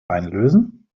einlösen